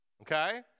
okay